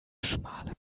schmale